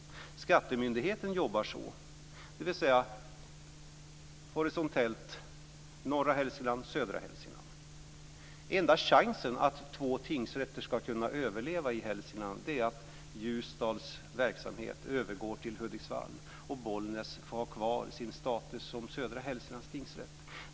Skattemyndigheten jobbar så, dvs. horisontellt i norra Hälsingland och södra Hälsingland. Enda chansen att två tingsrätter ska kunna överleva i Hälsingland är att Ljusdals verksamhet övergår till Hudiksvall och att Bollnäs får ha kvar sin status som södra Hälsinglands tingsrätt.